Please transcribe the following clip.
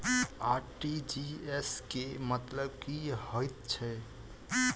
RTGS केँ मतलब की हएत छै?